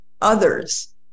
others